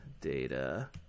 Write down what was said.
data